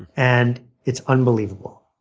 and it's unbelievable.